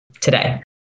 today